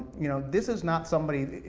you know, this is not somebody.